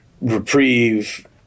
reprieve